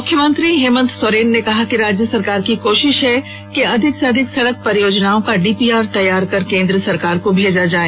मुख्यमंत्री हेमंत सोरेन ने कहा कि राज्य सरकार की कोशिश है कि अधिक से अधिक सड़क परियोजनाओं का डीपीआर तैयार कर केन्द्र सरकार को भेजा जाय